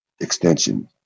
extension